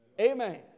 Amen